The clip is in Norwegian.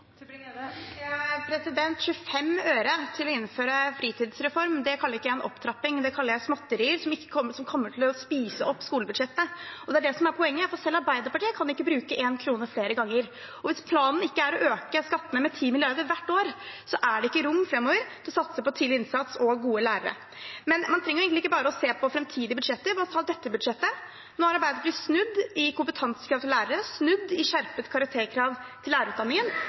25 øre til å innføre en fritidsreform kaller ikke jeg en opptrapping. Det kaller jeg småtterier som kommer til å spise opp skolebudsjettet. Det er det som er poenget. For selv Arbeiderpartiet kan ikke bruke en krone flere ganger. Hvis planen ikke er å øke skattene med 10 mrd. kr hvert år, er det ikke rom fremover til å satse på tidlig innsats og gode lærere. Man trenger egentlig ikke bare se på fremtidige budsjetter. La oss ta dette budsjettet. Nå har Arbeiderpartiet snudd om kompetansekrav til lærere, snudd om skjerpet karakterkrav til lærerutdanningen,